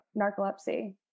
narcolepsy